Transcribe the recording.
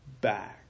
back